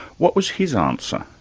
what was his answer?